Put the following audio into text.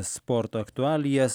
sporto aktualijas